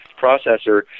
processor